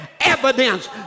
evidence